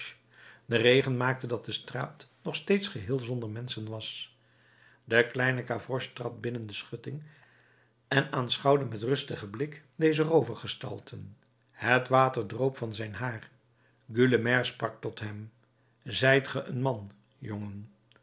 de regen maakte dat de straat nog steeds geheel zonder menschen was de kleine gavroche trad binnen de schutting en aanschouwde met rustigen blik deze roovergestalten het water droop van zijn haar gueulemer sprak tot hem zijt ge een man jongen